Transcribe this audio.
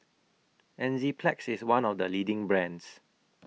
Enzyplex IS one of The leading brands